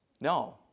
No